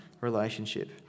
relationship